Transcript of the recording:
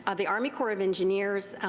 ah the army corps of engineers,